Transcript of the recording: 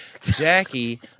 Jackie